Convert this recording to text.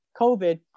COVID